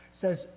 says